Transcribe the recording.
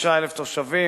25,000 תושבים,